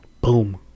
Boom